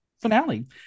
finale